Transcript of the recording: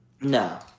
No